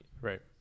Right